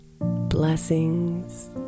Blessings